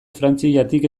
frantziatik